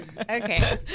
Okay